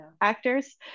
actors